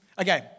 Okay